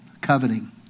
coveting